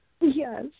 Yes